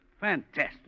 Fantastic